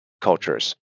cultures